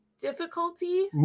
difficulty